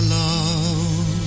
love